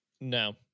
no